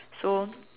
so